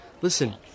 listen